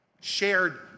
shared